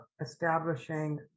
establishing